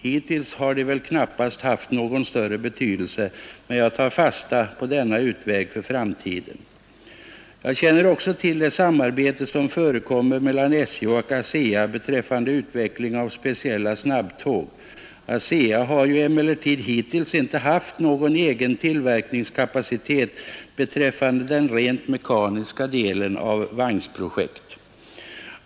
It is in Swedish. Hittills har de väl knappast haft någon större betydelse, men jag tar fasta på denna utväg för framtiden. Jag känner också till det samarbete som förekommer mellan SJ och ASEA beträffande utveckling av speciella snabbtåg. ASEA har ju emellertid hittills inte haft någon egen tillverkningskapacitet beträffande den rent mekaniska delen av vagnprojektet.